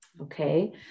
okay